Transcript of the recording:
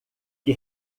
que